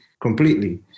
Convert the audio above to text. completely